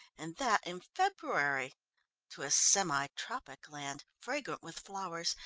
and that in february to a semi-tropic land, fragrant with flowers,